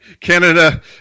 Canada